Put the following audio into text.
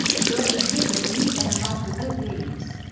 the golden hitler youth honor badge with oak leaves.